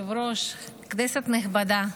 אדוני היושב-ראש, כנסת נכבדה,